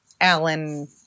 Alan